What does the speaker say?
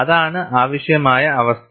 അതാണ് ആവശ്യമായ അവസ്ഥ